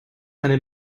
eine